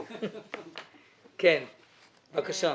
כן, בבקשה.